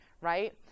right